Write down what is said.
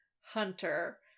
hunter